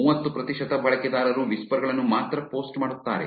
ಮೂವತ್ತು ಪ್ರತಿಶತ ಬಳಕೆದಾರರು ವಿಸ್ಪರ್ ಗಳನ್ನು ಮಾತ್ರ ಪೋಸ್ಟ್ ಮಾಡುತ್ತಾರೆ